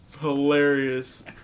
hilarious